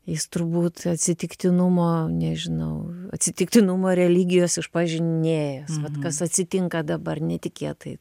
jis turbūt atsitiktinumo nežinau atsitiktinumo religijos išpažinėjas vat kas atsitinka dabar netikėtai